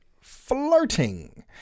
flirting